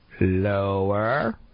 Lower